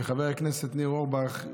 וחבר הכנסת ניר אורבך,